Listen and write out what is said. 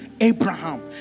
Abraham